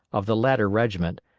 of the latter regiment,